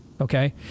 okay